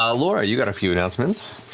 um laura, you got a few announcements.